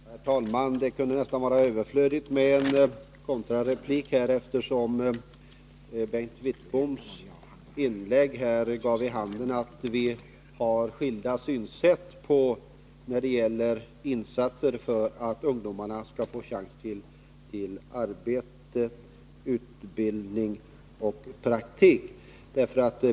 Herr talman! Det kunde nästan vara överflödigt med en kontrareplik, eftersom Bengt Wittboms inlägg gav vid handen att vi har skilda synsätt när det gäller insatser för att ungdomarna skall få chans till arbete, utbildning och praktik.